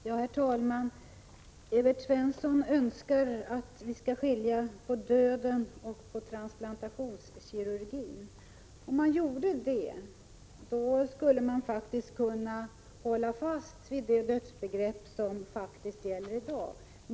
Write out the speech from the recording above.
Herr talman! Evert Svensson önskar att vi skall skilja på döden och transplantationskirurgin. Genom att man gör det skulle man faktiskt kunna hålla fast vid det dödsbegrepp som gäller i dag.